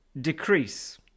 decrease